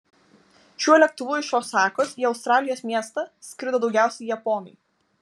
šiuo lėktuvu iš osakos į australijos miestą skrido daugiausiai japonai